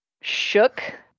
shook